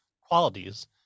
qualities